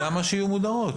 למה שיהיו מודרות?